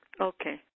Okay